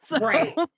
right